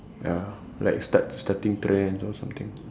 ya like start starting trends or something